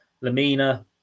Lamina